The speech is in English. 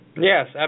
Yes